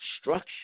structure